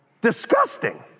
disgusting